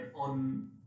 on-